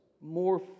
more